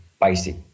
basic